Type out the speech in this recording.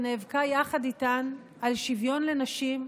ונאבקה יחד איתן על שוויון לנשים,